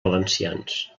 valencians